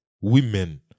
Women